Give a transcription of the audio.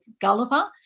Gulliver